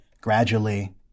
gradually